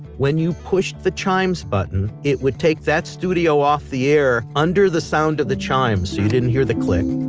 when you push the chimes button it would take that studio off the air under the sound of the chimes so you didn't hear the click